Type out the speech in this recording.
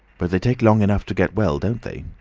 but they take long enough to get well, don't they.